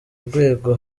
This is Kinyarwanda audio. rwego